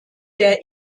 der